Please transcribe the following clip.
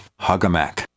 hugAMAC